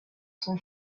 son